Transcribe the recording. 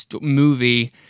movie